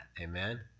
Amen